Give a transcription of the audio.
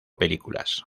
películas